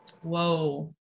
whoa